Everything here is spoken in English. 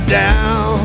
down